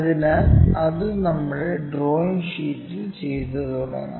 അതിനാൽ അത് നമ്മുടെ ഡ്രോയിംഗ് ഷീറ്റിൽ ചെയ്തുതുടങ്ങാം